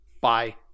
Bye